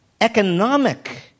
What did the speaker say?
economic